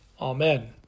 Amen